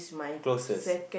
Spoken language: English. closest